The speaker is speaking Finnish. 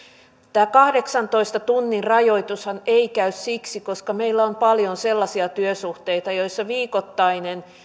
tämä kahdeksantoista tunnin rajoitushan ei käy siksi koska meillä on paljon sellaisia työsuhteita joissa viikoittainen